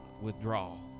withdrawal